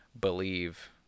believe